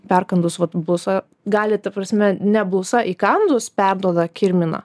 perkandus vat blusa gali ta prasme ne blusa įkandus perduoda kirminą